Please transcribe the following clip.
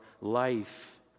life